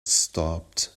stopped